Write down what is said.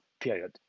period